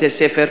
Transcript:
בתי-ספר,